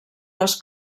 les